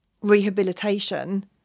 rehabilitation